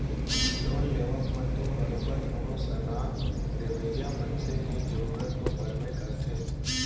loan लेवब म तो बरोबर कोनो सलाह देवइया मनसे के जरुरत तो पड़बे करथे